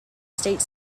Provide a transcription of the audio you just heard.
state